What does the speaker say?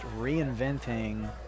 reinventing